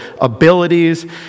abilities